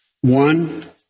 one